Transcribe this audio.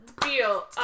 Deal